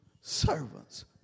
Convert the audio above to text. servants